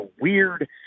weird